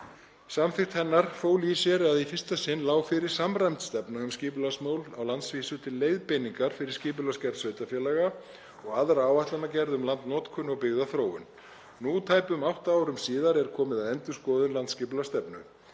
Samþykkt hennar fól í sér að í fyrsta sinn lá fyrir samræmd stefna um skipulagsmál á landsvísu til leiðbeiningar fyrir skipulagsgerð sveitarfélaga og aðra áætlanagerð um landnotkun og byggðaþróun. Nú tæpum átta árum síðar er komið að endurskoðun landsskipulagsstefnu.